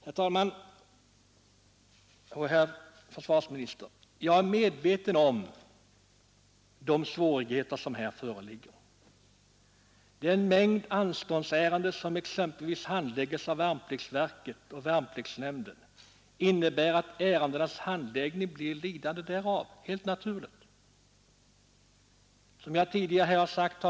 Herr talman och herr försvarsminister! Jag är medveten om de svårigheter som föreligger. Den mängd anståndsärenden som värnpliktsverket och värnpliktsnämnden får in medför helt naturligt att ärendenas handläggning blir lidande därav.